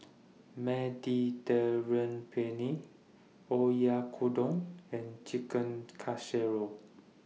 Penne Oyakodon and Chicken Casserole